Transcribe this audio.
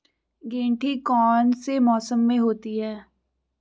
गेंठी कौन से मौसम में होती है?